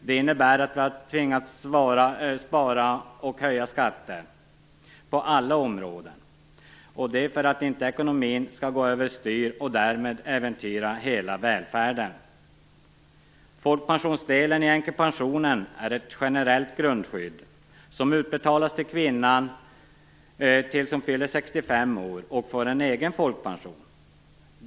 Det innebär att vi har tvingats spara och höja skatter på alla områden; detta för att ekonomin inte skall gå över styr och därmed äventyra hela välfärden. 65 år och får egen folkpension.